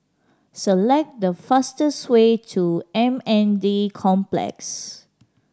select the fastest way to M N D Complex